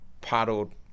paddled